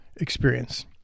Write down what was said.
experience